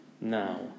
now